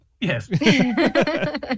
Yes